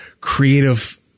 creative